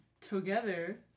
together